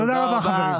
תודה רבה, חברים.